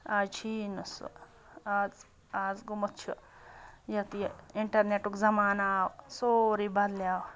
آز چھُ یی نہٕ سُہ آز آز گوٚمُت چھُ یَتھ یہِ اِنٹَرنٮ۪ٹُک زَمانہٕ آو سورُے بَدلیو